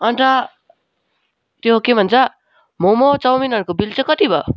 अन्त त्यो के भन्छ मोमो चाउमिनहरूको बिल चाहिँ कति भयो